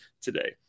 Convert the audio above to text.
today